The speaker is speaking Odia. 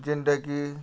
ଯେନଟା କି